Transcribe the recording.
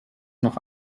noch